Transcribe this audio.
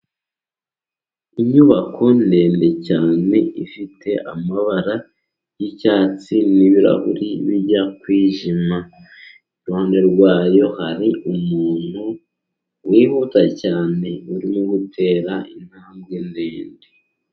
Inyubako ndende cyane, ifite amabara y'icyatsi, n'ibirahuri bijya kwijima. Iruhande rwayo hari umuntu wihuta cyane, urimo gutera intambwe ndende.